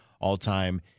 all-time